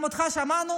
גם אותך שמענו.